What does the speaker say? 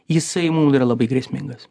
jisai mum yra labai grėsmingas